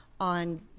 on